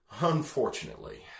Unfortunately